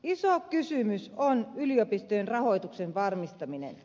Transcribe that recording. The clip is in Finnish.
iso kysymys on yliopistojen rahoituksen varmistaminen